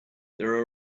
there